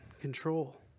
control